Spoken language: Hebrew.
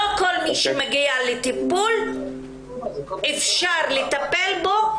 לא כל מי שמגיע לטיפול אפשר לטפל בו.